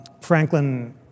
Franklin